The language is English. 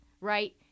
Right